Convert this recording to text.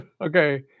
Okay